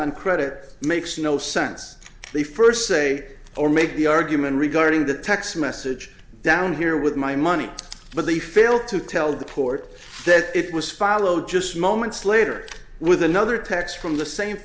on credit makes no sense they first say or make the argument regarding that text message down here with my money but they fail to tell the port said it was followed just moments later with another text from the same